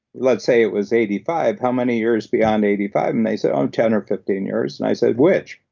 let's say it was eighty five, how many years beyond eighty five? and they say, oh, ten or fifteen years, and i said, which?